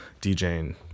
djing